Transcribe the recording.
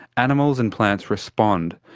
animals and plants respond,